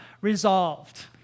resolved